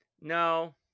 No